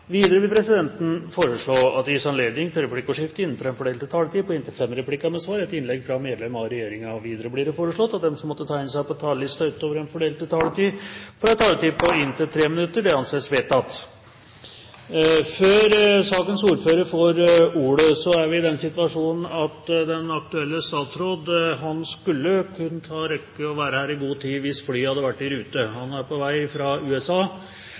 Videre vil presidenten foreslå at det gis anledning til replikkordskifte på inntil fem replikker med svar etter innlegg fra medlem av regjeringen innenfor den fordelte taletid. Videre blir det foreslått at de som måtte tegne seg på talerlisten utover den fordelte taletid, får en taletid på inntil 3 minutter. – Det anses vedtatt. Før sakens ordfører får ordet: Vi er i den situasjon at den aktuelle statsråd skulle ha rukket å være her i god tid, hvis flyet hadde vært i rute. Han er på vei fra USA.